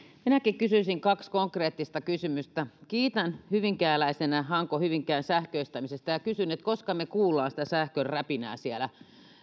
minäkin kysyisin kaksi konkreettista kysymystä kiitän hyvinkääläisenä hanko hyvinkään sähköistämisestä ja kysyn koska me kuulemme sitä sähkön räpinää siellä